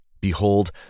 Behold